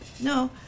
No